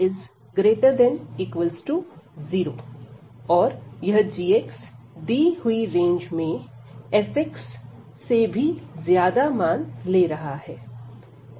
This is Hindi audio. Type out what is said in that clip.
और यह gx दी हुई रेंज में fxसे भी ज्यादा मान ले रहा है